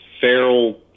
feral